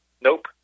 nope